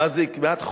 מה זה, קהות חושים?